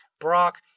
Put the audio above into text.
Brock